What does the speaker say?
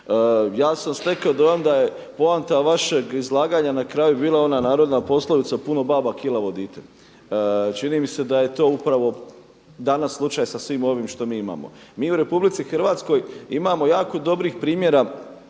Ja sam stekao dojam da je poanta vašeg izlaganja na kraju bila ona narodna poslovica „Puno baba, kilavo dite“, čini mi se da je to upravo danas slučaj sa svim ovim što mi imamo. Mi u RH imamo jako dobrih primjera